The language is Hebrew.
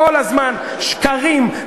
כל הזמן שקרים,